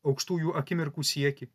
aukštųjų akimirkų siekį